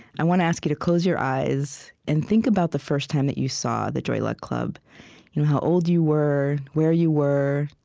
i want to ask you close your eyes and think about the first time that you saw the joy luck club you know how old you were, where you were,